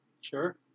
sure